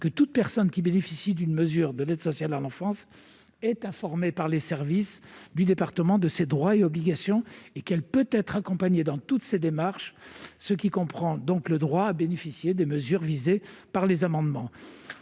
que toute personne qui bénéficie d'une mesure de l'aide sociale à l'enfance est informée par les services du département de ses droits et obligations et qu'elle peut être accompagnée dans toutes ses démarches, ce qui comprend donc le droit à bénéficier des mesures visées par les amendements.